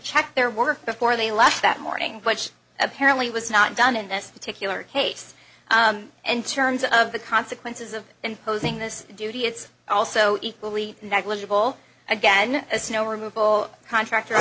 check their work before they left that morning which apparently was not done in this particular case and terms of the consequences of imposing this duty it's also equally negligible again as no remove will contractor